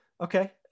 Okay